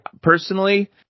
personally